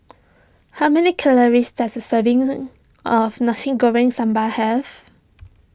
how many calories does a serving of Nasi Goreng Sambal have